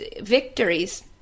victories